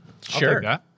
Sure